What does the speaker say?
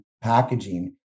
packaging